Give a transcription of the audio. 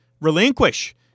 relinquish